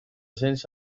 cents